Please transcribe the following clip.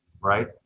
right